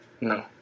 No